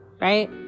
right